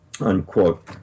unquote